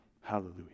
hallelujah